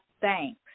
thanks